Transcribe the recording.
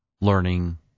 learning